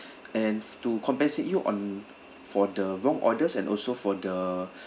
and to compensate you on for the wrong orders and also for the